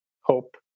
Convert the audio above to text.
hope